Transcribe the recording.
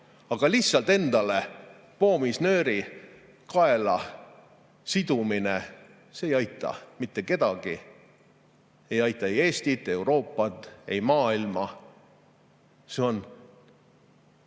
aga lihtsalt endale poomisnööri kaela sidumine ei aita mitte kedagi. See ei aita ei Eestit, Euroopat ega maailma. See on